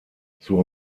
zur